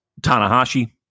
tanahashi